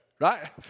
Right